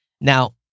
Now